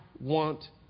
want